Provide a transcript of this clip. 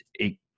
eight